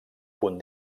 punt